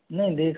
नहीं देखा